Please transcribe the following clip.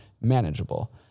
manageable